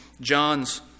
John's